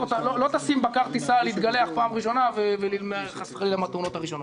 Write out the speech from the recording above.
אתה לא תשים בקר טיסה להתגלח פעם ראשונה וחס וחלילה מהתאונות הראשונות.